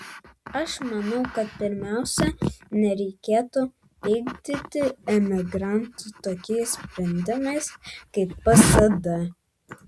aš manau kad pirmiausia nereikėtų pykdyti emigrantų tokiais sprendimais kaip psd